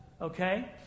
okay